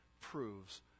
proves